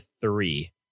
three